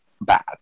bad